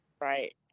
Right